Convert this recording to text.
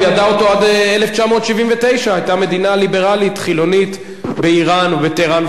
הוא ידע אותו עד 1979. היתה מדינה ליברלית חילונית באירן ובטהרן,